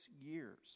years